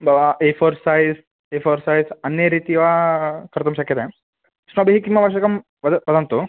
तव efforts efforts अन्यरीत्या वा कर्तुं शक्यते युष्माभिः किम् अवश्यकं वद् वदन्तु